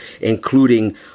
including